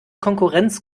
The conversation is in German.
konkurrenz